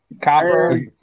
Copper